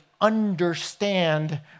understand